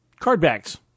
Cardbacks